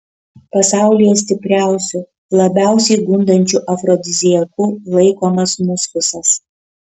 pasaulyje stipriausiu labiausiai gundančiu afrodiziaku laikomas muskusas